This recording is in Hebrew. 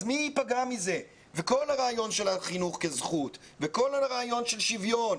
כל הרעיון של החינוך כזכות וכל הרעיון של שוויון,